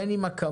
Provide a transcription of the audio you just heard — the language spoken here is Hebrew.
בין עם אקמולים,